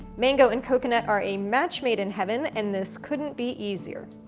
mango and coconut are a match made in heaven and this couldn't be easier.